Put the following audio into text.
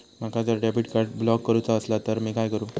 माका जर debit card block करूचा असला तर मी काय करू?